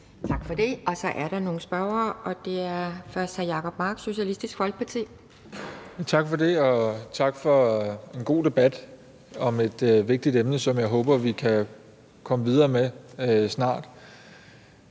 Tak for det. Så er der nogle spørgere, og først er det hr. Jacob Mark, Socialistisk Folkeparti. Kl. 12:37 Jacob Mark (SF): Tak for det, og tak for en god debat om et vigtigt emne, som jeg håber vi kan komme videre med snart.